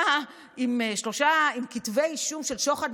אתה עם כתבי אישום של שוחד,